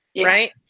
right